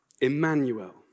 Emmanuel